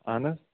اہن حظ